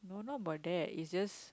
don't know about that is just